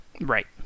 right